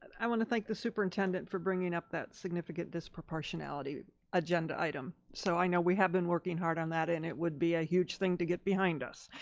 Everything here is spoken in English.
i want to thank the superintendent for bringing up that significant disproportionality agenda item. so i know we have been working hard on that, and it would be a huge thing to get behind us.